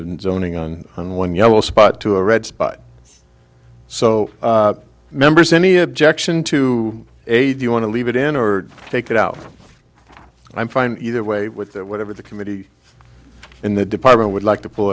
in zoning on on one yellow spot to a red spot so members any objection to a do you want to leave it in or take it out i'm fine either way with that whatever the committee in the department would like to pu